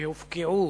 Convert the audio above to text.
שהופקעו